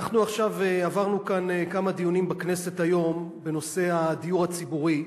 אנחנו עכשיו עברנו כאן כמה דיונים בכנסת היום בנושא הדיור הציבורי.